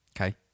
Okay